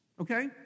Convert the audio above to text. okay